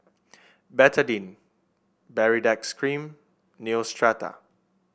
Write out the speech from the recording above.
Betadine Baritex Cream Neostrata